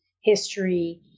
history